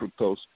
fructose